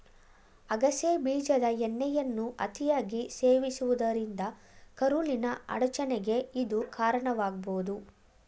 ಅಗಸೆ ಬೀಜದ ಎಣ್ಣೆಯನ್ನು ಅತಿಯಾಗಿ ಸೇವಿಸುವುದರಿಂದ ಕರುಳಿನ ಅಡಚಣೆಗೆ ಇದು ಕಾರಣವಾಗ್ಬೋದು